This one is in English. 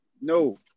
No